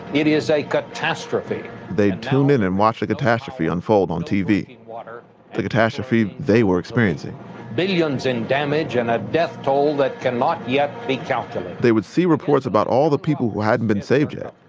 it is a catastrophe they'd tune in and watch the catastrophe unfold on tv the catastrophe they were experiencing billions in damage and a death toll that cannot yet be calculated they would see reports about all the people who hadn't been saved yet,